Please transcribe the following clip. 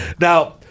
Now